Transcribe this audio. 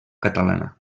catalana